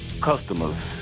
customers